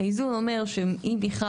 האיזון אומר שאם מחד,